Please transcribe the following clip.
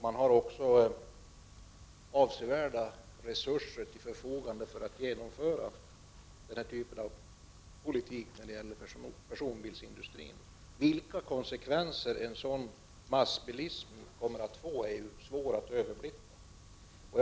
Man har också avsevärda resurser till förfogande för att genomföra den här typen av politik inom personbilsindustrin. Vilka konsekvenser en sådan massbilism kommer att få är svårt att överblicka.